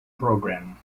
programme